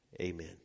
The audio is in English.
Amen